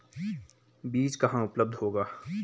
बीज कहाँ उपलब्ध होगा?